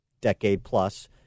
decade-plus